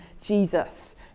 Jesus